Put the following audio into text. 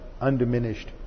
undiminished